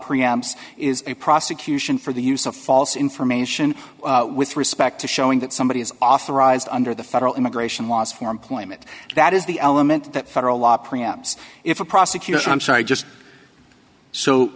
a prosecution for the use of false information with respect to showing that somebody is authorized under the federal immigration laws for employment that is the element that federal law pre amps if a prosecutor i'm sorry just so